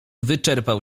wyczerpał